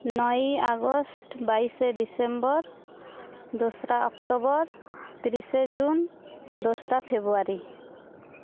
ᱱᱚᱭᱮᱭ August ᱵᱟᱭᱤᱥᱮ December ᱫᱚᱥᱨᱟ October ᱛᱤᱨᱤᱥᱮ ᱡᱩᱱ ᱫᱚᱥᱨᱟ ᱯᱷᱮᱵᱽᱨᱟᱨᱤ